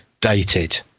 dated